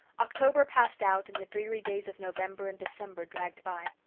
october passed out and the dreary days of november and december dragged by.